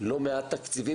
לא מעט תקציבים,